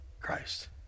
Christ